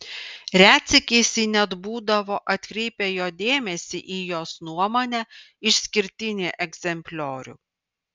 retsykiais ji net būdavo atkreipia jo dėmesį į jos nuomone išskirtinį egzempliorių